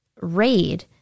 raid